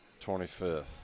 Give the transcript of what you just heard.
25th